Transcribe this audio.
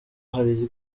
hari